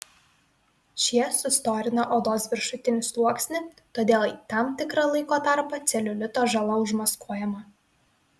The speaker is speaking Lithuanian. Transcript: šie sustorina odos viršutinį sluoksnį todėl tam tikrą laiko tarpą celiulito žala užmaskuojama